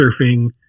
surfing